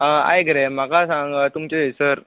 आं आयक रे म्हाका सांग तूमचें थंयसर